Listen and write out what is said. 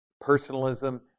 Personalism